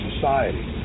society